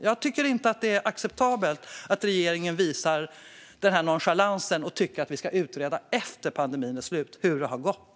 Jag tycker inte att det är acceptabelt att regeringen visar denna nonchalans och tycker att vi ska utreda efter pandemins slut hur det har gått.